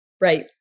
Right